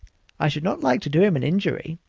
i should not like to do him an injury,